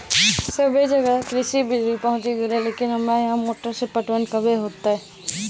सबे जगह कृषि बिज़ली पहुंची गेलै लेकिन हमरा यहाँ मोटर से पटवन कबे होतय?